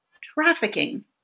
trafficking